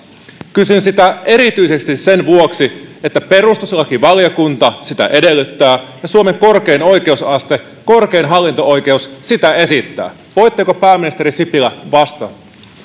kysyn sitä erityisesti sen vuoksi että perustuslakivaliokunta sitä edellyttää ja suomen korkein oikeusaste korkein hallinto oikeus sitä esittää voitteko pääministeri sipilä vastata